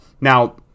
Now